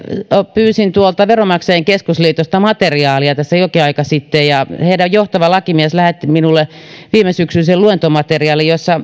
pyysin tuolta veronmaksajain keskusliitosta materiaalia tässä jokin aika sitten ja heidän johtava lakimiehensä lähetti minulle viimesyksyisen luentomateriaalin jossa